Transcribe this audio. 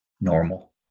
normal